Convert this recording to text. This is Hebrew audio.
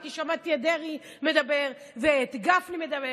כי שמעתי את דרעי מדבר ואת גפני מדבר,